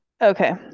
Okay